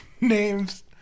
names